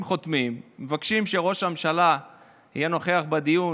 אם חותמים, מבקשים שראש הממשלה יהיה נוכח בדיון,